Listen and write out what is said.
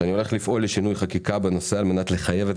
שאני הולך לפעול לשינוי חקיקה בנושא על מנת לחייב את